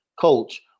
coach